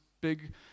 big